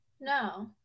no